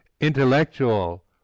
intellectual